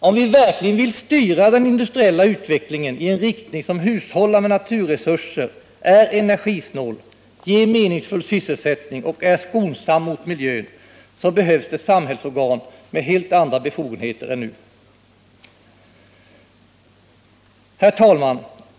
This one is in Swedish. Om vi verkligen vill styra den industriella utvecklingen i en riktning som hushållar med naturresurserna, är energisnål, ger meningsfull sysselsättning och är skonsam mot miljön så behövs det samhällsorgan med helt andra befogenheter än nu. Herr talman!